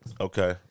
Okay